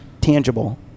tangible